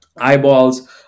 Eyeballs